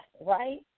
right